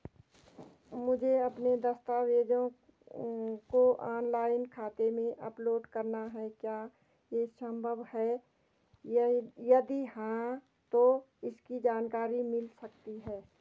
मुझे अपने दस्तावेज़ों को ऑनलाइन खाते में अपलोड करना है क्या ये संभव है यदि हाँ तो इसकी जानकारी मिल सकती है?